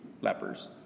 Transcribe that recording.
lepers